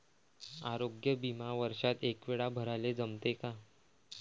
आरोग्य बिमा वर्षात एकवेळा भराले जमते का?